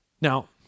Now